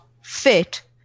fit